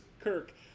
Kirk